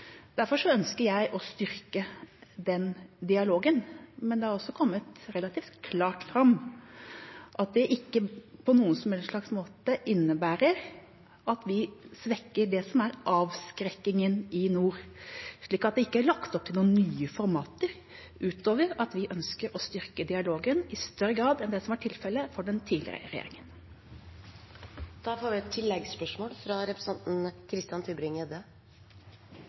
Derfor ønsker jeg å styrke den dialogen, men det har også kommet relativt klart fram at det ikke på noen som helst slags måte innebærer at vi svekker det som er avskrekkingen i nord. Det er ikke lagt opp til noen nye formater utover at vi ønsker å styrke dialogen i større grad enn det som var tilfellet for den tidligere regjeringa. Christian Tybring-Gjedde – til oppfølgingsspørsmål. I Hurdalsplattformen står det at regjeringen